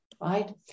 right